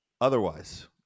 Otherwise